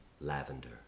lavender